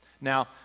now